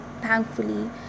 thankfully